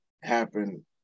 happen